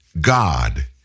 God